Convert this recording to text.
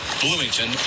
Bloomington